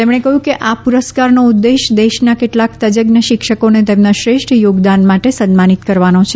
તેમણે કહ્યું કે આ પુરસ્કારનો ઉદ્દેશ દેશના કેટલાક તજજ્ઞ શિક્ષકોને તેમના શ્રેષ્ઠ યોગદાન માટે સન્માનિત કરવાનો છે